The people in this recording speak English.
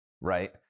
right